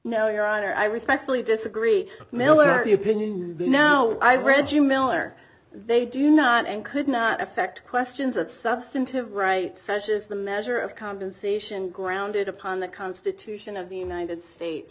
no your honor i respectfully disagree military opinion you know i read you miller they do not and could not affect questions of substantive rights such as the measure of compensation grounded upon the constitution of the united states